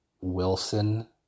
Wilson